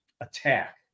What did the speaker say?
attack